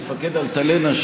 מפקד אלטלנה,